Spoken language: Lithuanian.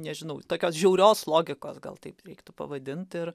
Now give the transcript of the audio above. nežinau tokios žiaurios logikos gal taip reiktų pavadint ir